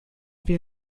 wir